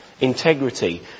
integrity